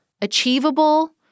achievable